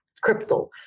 crypto